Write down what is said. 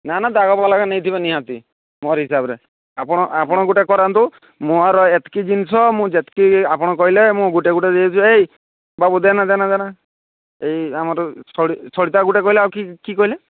ନା ନା ଦାଗବାଲା ଗା ନେଇଥିବେ ନିହାତି ମୋରି ହିସାବରେ ଆପଣ ଆପଣ ଗୋଟେ କରାନ୍ତୁ ମୋର ଏତିକି ଜିନିଷ ମୁଁ ଯେତିକି ଆପଣ କହିଲେ ମୁଁ ଗୁଟେ ଗୁଟେ ଦେଇ ଦୁଆ ଏଇ ବାବୁ ଦେନା ଦେନା ଦେନା ଏଇ ଆମର ସ ସଳିତା ଗୁଟେ କହିଲେ ଆଉ କି କି କହିଲେ